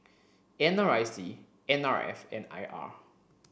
N R I C N R F and I R